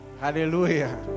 hallelujah